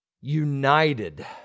united